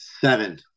Seven